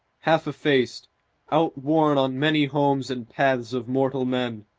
half-effaced, outworn on many homes and paths of mortal men.